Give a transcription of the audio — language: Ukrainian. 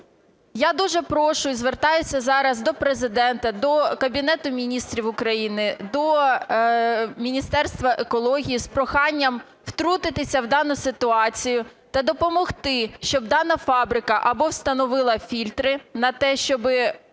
Я дуже прошу і звертаюся зараз до Президента, до Кабінету Міністрів України, до Міністерства екології з проханням втрутитися в дану ситуацію та допомогти, щоб дана фабрика або встановила фільтри на те, щоби